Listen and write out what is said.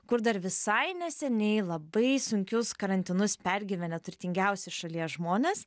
kur dar visai neseniai labai sunkius karantinus pergyvenę turtingiausi šalies žmonės